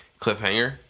cliffhanger